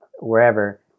wherever